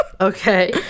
Okay